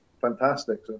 fantastic